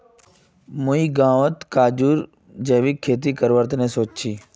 मुई गांउत काजूर जैविक खेती करवार तने सोच छि